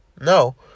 No